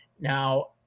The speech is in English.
Now